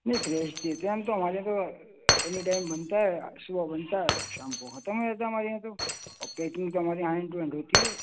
نہیں فریش دیتے ہیں ہم تو ہمارے یہاں تو اینی ٹائم بنتا ہے صبح بنتا ہے شیمپو ختم ہو جاتا ہمارے یہاں تو اور پٹنگ تو ہمارے یہاں ہینڈ ٹو ہینڈ ہوتی ہے